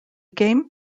game